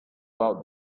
about